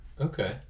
Okay